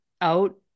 out